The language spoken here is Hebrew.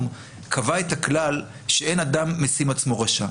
קבע את הכלל שאין אדם משים עצמו רע.